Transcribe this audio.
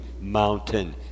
mountain